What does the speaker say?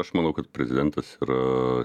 aš manau kad prezidentas yra